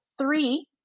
three